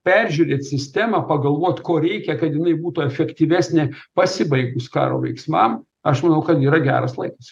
peržiūrėt sistemą pagalvot ko reikia kad jinai būtų efektyvesnė pasibaigus karo veiksmam aš manau kad yra geras laikas